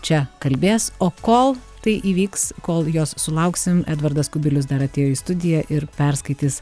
čia kalbės o kol tai įvyks kol jos sulauksim edvardas kubilius dar atėjo į studiją ir perskaitys